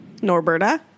Norberta